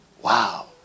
Wow